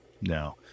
no